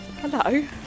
Hello